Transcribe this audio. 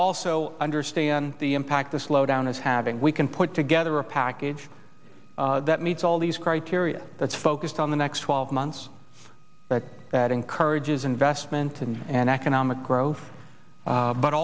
also understand the impact the slowdown is having we can put together a package that meets all these criteria that's focused on the next twelve months but that encourages investment and an economic growth